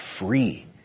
free